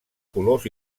colors